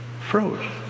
froze